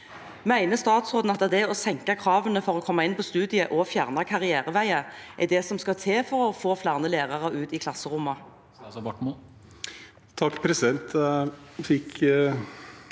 Mener statsråden at det å senke kravene for å komme inn på studiet og å fjerne karriereveier er det som skal til for å få flere lærere ut i klasserommene?